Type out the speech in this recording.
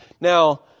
Now